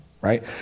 right